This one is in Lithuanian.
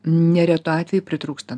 neretu atveju pritrūksta